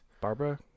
Barbara